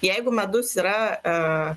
jeigu medus yra a